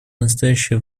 настоящее